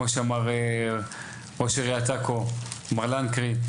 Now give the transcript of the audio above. כמו שאמר ראש עיריית עכו מר לנקרי,